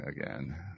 again